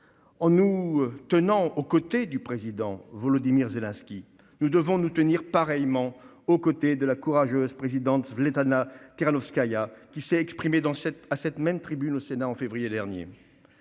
En nous tenant aux côtés du président Volodymyr Zelensky, nous devons nous tenir pareillement aux côtés de la courageuse présidente Svetlana Tikhanovskaïa, qui s'est exprimée à cette même tribune en février dernier.